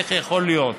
איך יכול להיות?